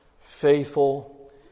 faithful